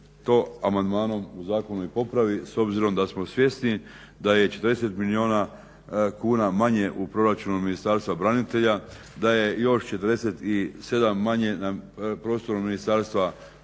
to amandmanom u zakonu i popravi s obzirom da smo svjesni da je 40 milijuna kuna manje u proračunu Ministarstva branitelja, da je još 47 manje na prostoru Ministarstva graditeljstva